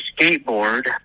skateboard